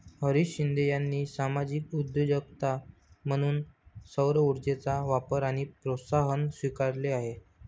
हरीश शिंदे यांनी सामाजिक उद्योजकता म्हणून सौरऊर्जेचा वापर आणि प्रोत्साहन स्वीकारले आहे